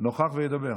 נוכח וידבר,